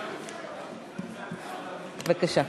בבקשה.